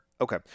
okay